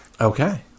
Okay